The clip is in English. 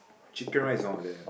chicken rice is all there